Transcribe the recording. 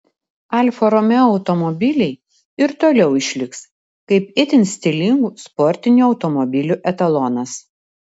alfa romeo automobiliai ir toliau išliks kaip itin stilingų sportinių automobilių etalonas